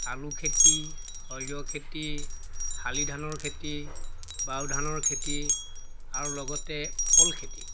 আলু খেতি সৰিয়হ খেতি শালি ধানৰ খেতি বাও ধানৰ খেতি আৰু লগতে কল খেতি